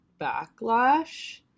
backlash